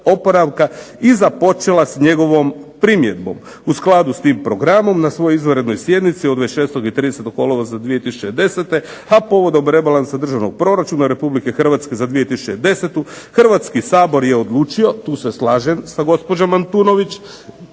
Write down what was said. "i započela s njegovom primjenom. U skladu s tim programom na svojoj izvanrednoj sjednici od 26. i 30. kolovoza 2010., a povodom Rebalansa državnog proračuna Republike Hrvatske za 2010. Hrvatski sabor je odlučio", tu se slažem sa gospođom Antunović,